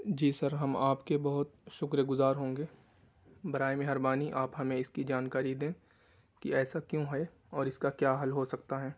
جی sir ہم آپ کے بہت شکر گزار ہوں گے براہ مہربانی آپ ہمیں اس کی جانکاری دیں کہ ایسا کیوں ہے اور اس کا کیا حل ہو سکتا ہے